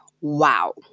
Wow